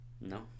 no